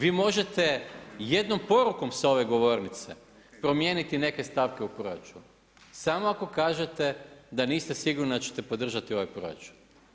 Vi možete jednom porukom s ove govornice promijeniti neke stavke u proračunu, samo ako kažete da niste sigurni da ćete podržati ovaj proračun.